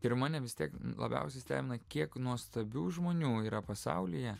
ir mane vis tiek labiausiai stebina kiek nuostabių žmonių yra pasaulyje